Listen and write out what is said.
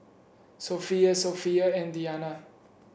Sofea Sofea and Diyana